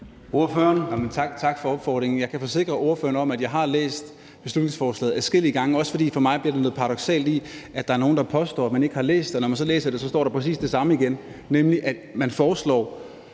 Tak for opfordringen. Jeg kan forsikre ordføreren om, at jeg har læste beslutningsforslaget adskillige gange. Der er for mig også noget paradoksalt i, at der er nogen, der påstår, at man ikke har læst det, og når man så læser det, står der præcis det samme igen,